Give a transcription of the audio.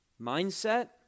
mindset